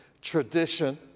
tradition